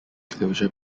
closure